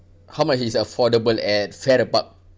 how much is affordable at farrer park